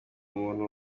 umuntu